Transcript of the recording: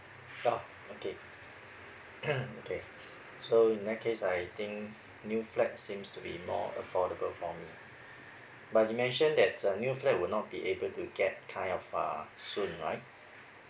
oh okay okay so in that case I think new flat seems to be more affordable for me but you mention that uh new flat will not be able to get kind of uh soon right